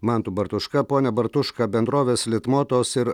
mantu bartuška pone bartuška bendrovės litmotos ir